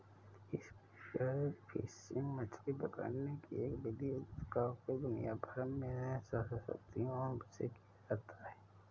spear fishing मछली पकड़ने की एक विधि है जिसका उपयोग दुनिया भर में सहस्राब्दियों से किया जाता रहा है